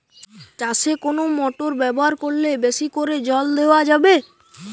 চাষে কোন মোটর ব্যবহার করলে বেশী করে জল দেওয়া যাবে?